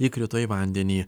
įkrito į vandenį